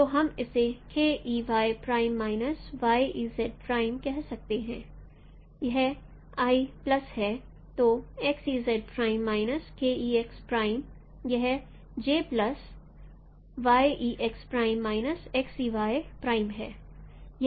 तो हम इसे k e y prime minus y e z prime कह सकते हैं यह i प्लस है तो x e z prime minus k e x prime यह j plus y e x prime minus x e y prime है यह k है